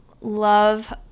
love